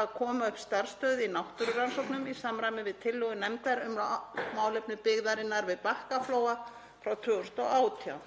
að koma upp starfsstöð í náttúrurannsóknum í samræmi við tillögu nefndar um málefni byggðarinnar við Bakkaflóa frá 2018.